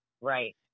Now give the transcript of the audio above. Right